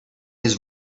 his